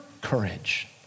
courage